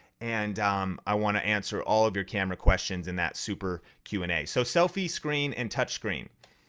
and um i wanna answer all of your camera questions in that super q and a. so selfie screen and touch screen.